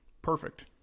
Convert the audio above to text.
Perfect